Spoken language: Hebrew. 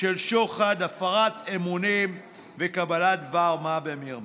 של שוחד, הפרת אמונים וקבלת דבר-מה במרמה.